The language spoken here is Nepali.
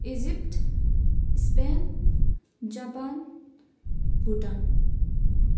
Egypt Spain Japan Bhutan